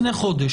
לפני חודש.